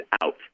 out